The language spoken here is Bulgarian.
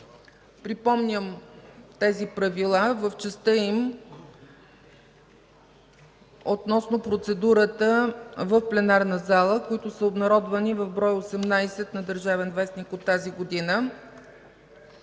Припомням тези правила в частта им относно процедурата в пленарната зала, които са обнародвани в бр. 18 на „Държавен вестник” от тази година: